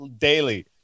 daily